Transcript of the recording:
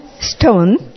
stone